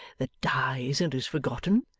that dies, and is forgotten.